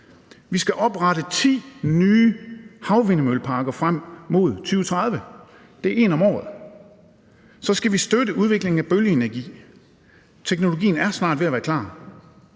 Vi skal oprette ti nye havvindmølleparker frem mod 2030. Det er en om året. Så skal vi støtte udviklingen af bølgeenergi. Teknologien er snart ved at være klar.